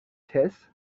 tess